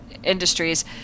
Industries